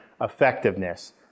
effectiveness